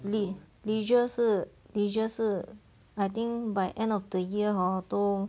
lei~ leisure 是 leisure 是 I think by end of the year hor 都